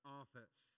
office